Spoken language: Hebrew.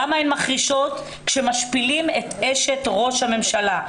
למה הן מחרישות כשמשפילים את אשת ראש הממשלה?